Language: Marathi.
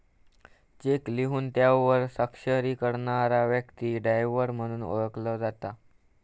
चेक लिहून त्यावर स्वाक्षरी करणारा व्यक्ती ड्रॉवर म्हणून ओळखलो जाता